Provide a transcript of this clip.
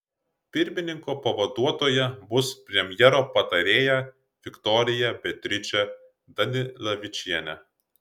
pirmininko pavaduotoja bus premjero patarėja viktorija beatričė danilevičienė